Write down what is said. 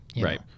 Right